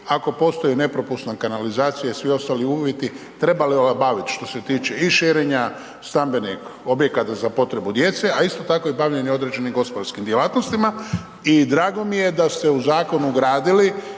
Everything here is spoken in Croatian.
ako postoji nepropusna kanalizacija i svi ostali uvjeti trebali olabavit što se tiče i širenja stambenih objekata za potrebu djece, a isto tako i bavljenje određenim gospodarskim djelatnostima. I drago mi je da ste u zakon ugradili